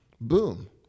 boom